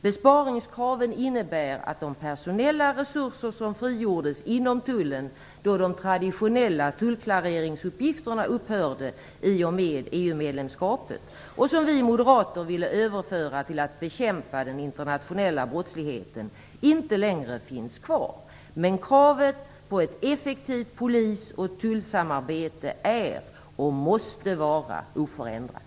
Besparingskraven innebär att de personella resurser som frigjordes inom tullen då de traditionella tullklareringsuppgifterna upphörde i och med EU-medlemskapet - och som vi moderater ville överföra till att bekämpa den internationella brottsligheten - inte längre finns kvar. Men kravet på ett effektivt polis och tullsamarbete är och måste vara oförändrat.